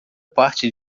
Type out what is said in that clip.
parte